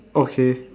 okay